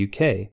UK